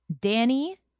Danny